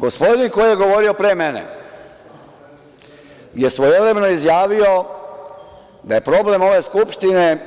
Gospodin koji je govorio pre mene je svojevremeno izjavio da je problem ove Skupštine